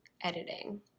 editing